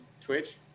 Twitch